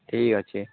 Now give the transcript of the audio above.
ଠିକ୍ ଅଛି